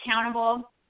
accountable